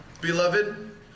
beloved